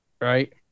right